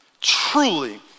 truly